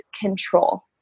control